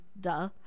duh